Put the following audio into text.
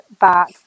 back